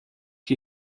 que